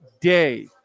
day